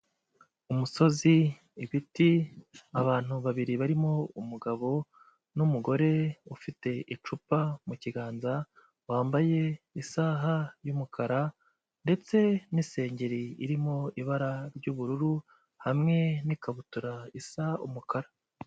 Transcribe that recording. Umusozi, ibiti, abantu babiri barimo umugabo n'umugore ufite icupa mu kiganza, wambaye isaha y'umukara ndetse n'isengeri irimo ibara ry'ubururu, hamwe n'ikabutura isa umukara.